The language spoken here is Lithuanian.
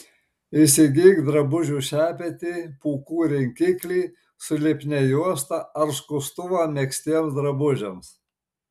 įsigyk drabužių šepetį pūkų rinkiklį su lipnia juosta ar skustuvą megztiems drabužiams